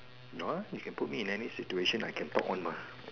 no lah you can put me in any situation I can talk one mah